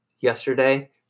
Yesterday